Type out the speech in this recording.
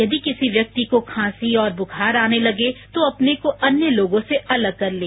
यदि किसी व्यक्ति को खांसी और बुखार आने लगे तो अपने को अन्य लोगों से अलग कर लें